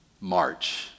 march